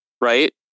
right